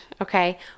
okay